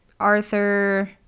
Arthur